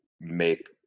make